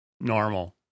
normal